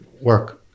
work